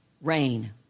rain